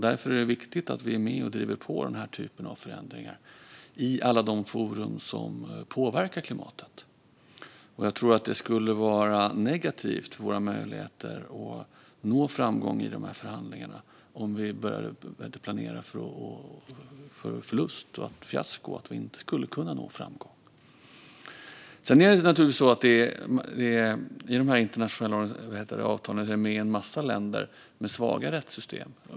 Därför är det viktigt att vi är med och driver på för förändringar som dessa i alla de forum som påverkar klimatet. Det skulle vara negativt för våra möjligheter att nå framgång i förhandlingarna om vi började planera för förlust, ett fiasko, och för att vi inte skulle kunna nå framgång. I internationella avtal finns naturligtvis en massa länder med som har svaga rättssystem.